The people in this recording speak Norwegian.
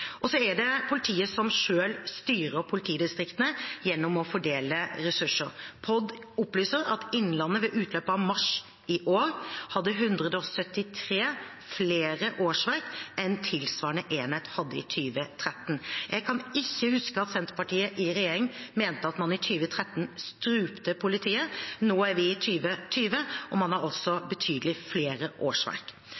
er politiet selv som styrer politidistriktene gjennom å fordele ressurser. Politidirektoratet opplyser at Innlandet ved utløpet av mars i år hadde 173 flere årsverk enn de tilsvarende enhetene hadde i 2013. Jeg kan ikke huske at Senterpartiet i regjering mente at man i 2013 strupte politiet. Nå er vi i 2020, og man har